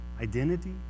identity